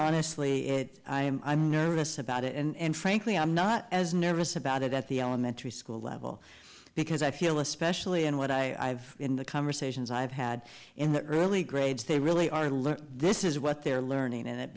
honestly it i am i'm nervous about it and frankly i'm not as nervous about it at the elementary school level because i feel especially in what i have in the conversations i've had in the early grades they really are look this is what they're learning and it